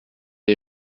les